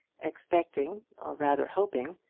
expecting, or rather hoping,